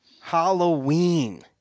Halloween